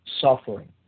suffering